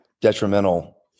detrimental